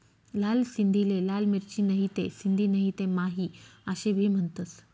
लाल सिंधीले लाल मिरची, नहीते सिंधी नहीते माही आशे भी म्हनतंस